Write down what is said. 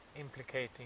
implicating